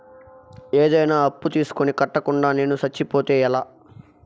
ఏదైనా అప్పు తీసుకొని కట్టకుండా నేను సచ్చిపోతే ఎలా